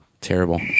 Terrible